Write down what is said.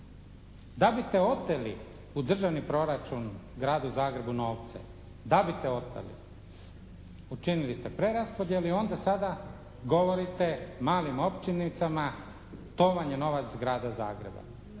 Da biste oteli u državni proračun Gradu Zagrebu novce, da biste oteli učinili ste preraspodjelu i onda sada govorite malim općinicama to vam je novac Grada Zagreba.